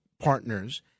partners